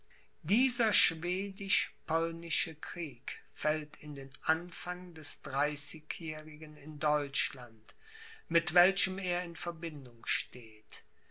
dieser schwedisch polnische krieg fällt in den anfang des dreißigjährigen in deutschland mit welchem er in verbindung steht